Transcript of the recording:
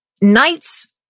knights